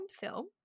film